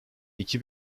iki